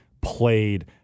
played